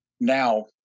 Now